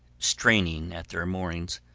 straining at their moorings,